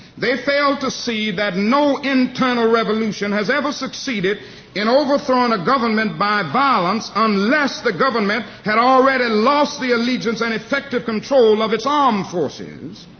they fail to see that no internal revolution has ever succeeded in overthrowing a government by violence unless the government had already lost the allegiance and effective control of its armed um forces.